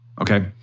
Okay